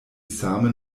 same